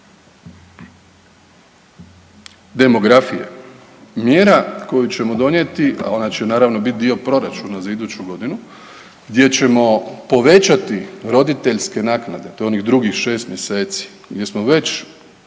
demografije mjera koju ćemo donijeti, a ona će naravno biti dio proračuna za iduću godinu, gdje ćemo povećati roditeljske naknade to je onih drugih šest mjeseci gdje smo već